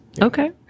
Okay